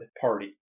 party